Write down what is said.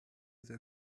their